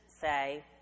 say